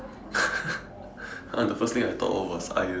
(pl) !huh! the first thing I thought of was iron